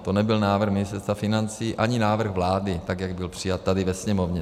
To nebyl návrh Ministerstva financí ani návrh vlády, tak jak byl přijat tady ve Sněmovně.